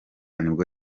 nibwo